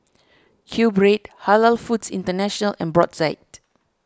Qbread Halal Foods International and Brotzeit